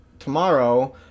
tomorrow